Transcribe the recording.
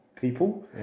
people